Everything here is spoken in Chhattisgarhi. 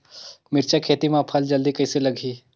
मिरचा खेती मां फल जल्दी कइसे लगही?